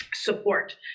support